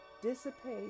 dissipate